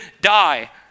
die